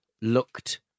looked